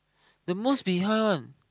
the most behind one